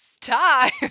time